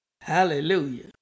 Hallelujah